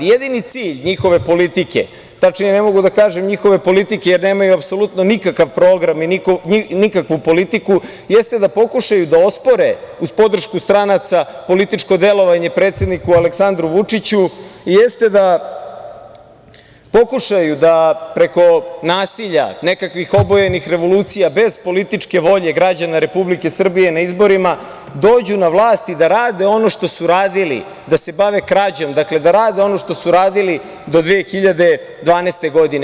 Jedini cilj njihove politike, tačnije, ne mogu da kažem "njihove politike" jer nemaju apsolutno nikakav program i nikakvu politiku, jeste da pokušaju da ospore, uz podršku stranaca, političko delovanje predsedniku Aleksandru Vučiću i jeste da pokušaju da preko nasilja, nekakvih obojenih revolucija, bez političke volje građana Republike Srbije na izborima dođu na vlast i da rade ono što su radili, da se bave krađom, dakle da rade ono što su radili do 2012. godine.